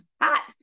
hot